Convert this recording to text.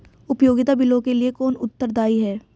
उपयोगिता बिलों के लिए कौन उत्तरदायी है?